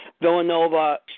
Villanova